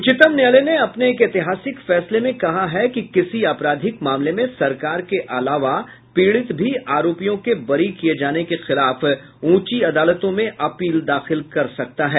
उच्चतम न्यायालय ने अपने एक ऐतिहासिक फैसले में कहा है कि किसी आपराधिक मामले में सरकार के अलावा पीड़ित भी आरोपियों के बरी किये जाने के खिलाफ ऊंची अदालतों में अपील दाखिल कर सकता है